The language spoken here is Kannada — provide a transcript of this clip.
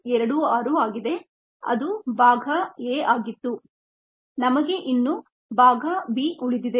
26 ಆಗಿದೆ ಅದು ಭಾಗ a ಆಗಿತ್ತು ನಮಗೆ ಇನ್ನೂ ಭಾಗ b ಉಳಿದಿದೆ